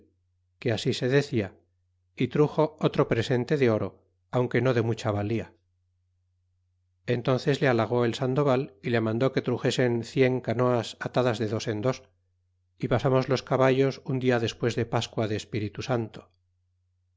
que así se decia y amo otro presente de oro aunque no de mucha valía entónces le halagó el sandoval y le mandó que truxesen cien canoas atadas de dos en dos y pasarnos los caballos im dia despues de pascua de espíritu santo